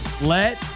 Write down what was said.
let